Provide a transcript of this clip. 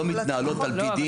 לא מתנהלות על פי דין?